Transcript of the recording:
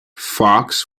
fox